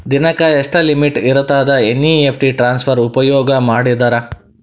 ದಿನಕ್ಕ ಎಷ್ಟ ಲಿಮಿಟ್ ಇರತದ ಎನ್.ಇ.ಎಫ್.ಟಿ ಟ್ರಾನ್ಸಫರ್ ಉಪಯೋಗ ಮಾಡಿದರ?